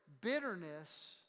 Bitterness